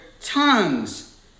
tongues